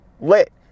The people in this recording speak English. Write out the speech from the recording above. lit